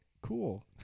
Cool